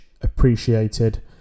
appreciated